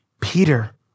Peter